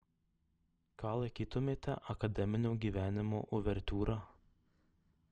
ką laikytumėte akademinio gyvenimo uvertiūra